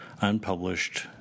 unpublished